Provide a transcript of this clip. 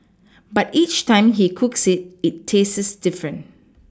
but each time he cooks it it tastes different